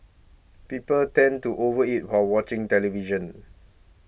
people tend to over eat while watching television